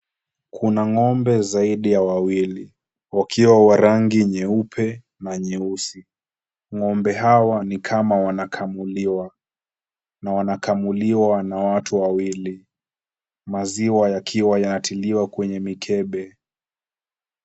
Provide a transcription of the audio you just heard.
Kuna ng'ombe zaidi ya wawili, wakiwa wa rangi nyeupe na nyeusi. Ng'ombe hawa ni kama wanakamuliwa na wanakamuliwa na watu wawili, maziwa yakiwa yanatiliwa kwenye mikebe.